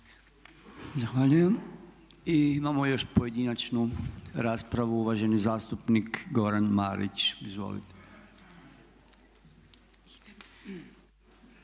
Zahvaljujem. I imamo još pojedinačnu raspravu uvaženi zastupnik Goran Marić. Izvolite.